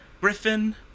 Griffin